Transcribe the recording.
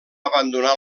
abandonar